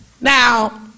Now